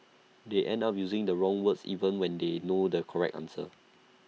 they end up using the wrong words even when they know the correct answer